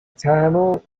tamil